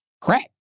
crack